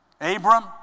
Abram